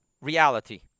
reality